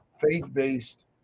faith-based